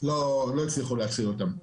לא הצליחו להציל אותם.